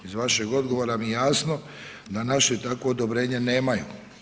Iz vašeg odgovora mi je jasno da naše takvo odobrenje nemaju.